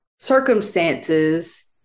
circumstances